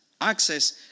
access